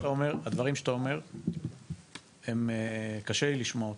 קודם כל הדברים שאתה אומר קשה לי לשמוע אותם.